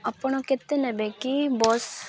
ଆପଣ କେତେ ନେବେ କି ବସ୍